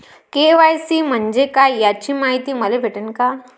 KYC म्हंजे काय याची मायती मले भेटन का?